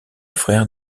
frère